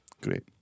Great